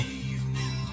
evening